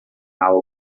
algo